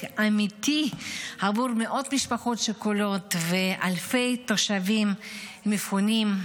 אמיתי בעבור מאות משפחות שכולות ואלפי תושבים מפונים,